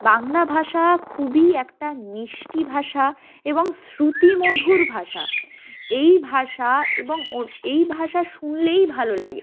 বাংলা ভাষা খুবই একটা মিষ্টি ভাষা এবং শ্রুতি মধুর ভাষা এই ভাষা এবং ওর এই ভাষা শুনলেই ভালো লাগে